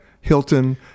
Hilton